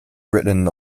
written